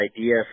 idea